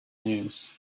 news